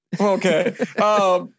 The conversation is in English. Okay